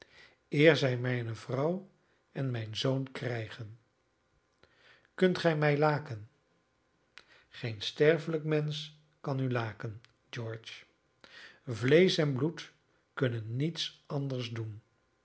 eer zij mijne vrouw en mijn zoon krijgen kunt gij mij laken geen sterfelijk mensch kan u laken george vleesch en bloed kunnen niets anders doen